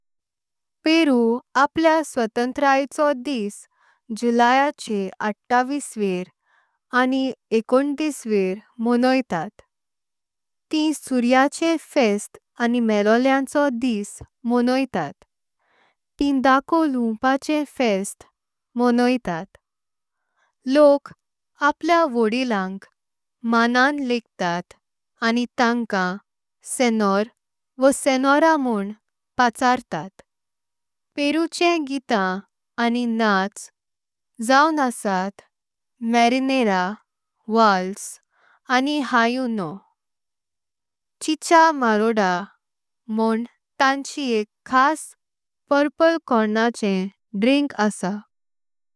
पेरु आपलो स्वतंत्रतायचो दिस जुलायचे अठ्ठाविसवेर आनी। एकोंतिसवेर मणोवतात तिं सूर्याचें फेस्त आनी मेलोळेआचो। दिस मणोवतात तिं धाको लूणपाचे फेस्त मणोवतात। लोक आपल्या व्हड्डीलांक मणण लेकतात आनी तांक। सीनोर वा सीनोरा म्होंन पाचारतात पेरुचे गीतां आनी। नाच जाऊन असतात मारीनेरा वाल्स आनी हुयनो चिचा। मोरादा म्होंन तांची एक खास पर्पल कॉर्नाचें द्रींक आस।